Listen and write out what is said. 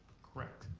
correct.